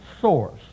source